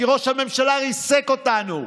כי ראש הממשלה ריסק אותנו.